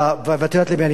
ואת יודעת למי אני מתכוון,